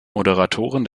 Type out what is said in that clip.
moderatoren